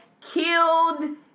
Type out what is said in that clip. killed